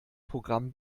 programm